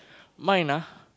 mine lah